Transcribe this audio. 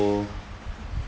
so